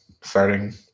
starting